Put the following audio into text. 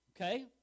Okay